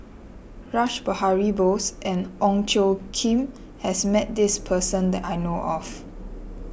Rash Behari Bose and Ong Tjoe Kim has met this person that I know of